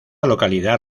localidad